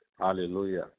Hallelujah